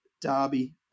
derby